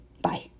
Bye